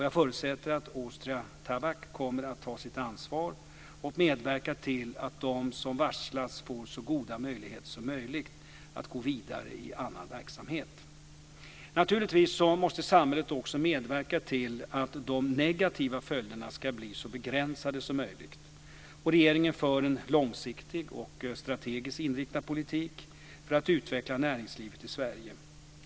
Jag förutsätter att Austria Tabak kommer att ta sitt ansvar och medverka till att de som varslats får så goda möjligheter som möjligt att gå vidare i annan verksamhet. Naturligtvis måste samhället också medverka till att de negativa följderna blir så begränsade som möjligt. Regeringen för en långsiktig och strategiskt inriktad politik för att utveckla näringslivet i Sverige.